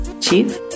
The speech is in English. Chief